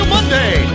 Monday